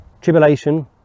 tribulation